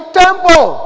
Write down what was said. temple